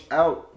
out